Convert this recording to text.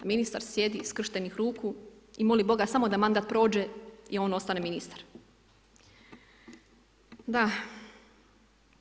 Ministar sjedi skrštenih ruku i moli Boga samo da mandat prođe i on ostane ministar, da.